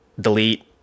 delete